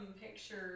pictures